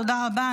תודה רבה.